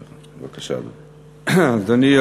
בבקשה, אדוני.